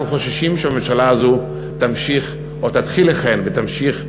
אנחנו חוששים שהממשלה הזאת תמשיך או תתחיל לכהן ותמשיך לתפקד,